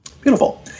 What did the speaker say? Beautiful